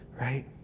right